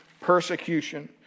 persecution